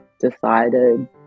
decided